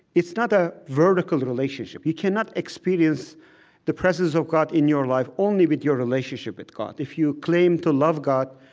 it's not a vertical relationship. you cannot experience the presence of god in your life only with your relationship with god. if you claim to love god,